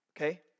okay